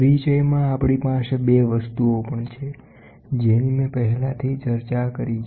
પરિચયમાં આપણી પાસે 2 વસ્તુઓ પણ છે જેની મેં પહેલાથી ચર્ચા કરી છે